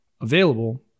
available